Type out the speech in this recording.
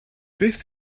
beth